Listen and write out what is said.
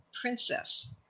princess